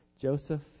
Joseph